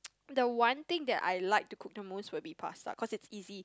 the one thing that I like to cook the most will be pasta cause it's easy